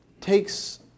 takes